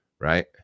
right